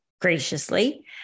graciously